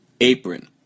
Apron